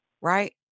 Right